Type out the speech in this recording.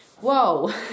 Whoa